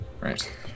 right